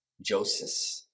Joseph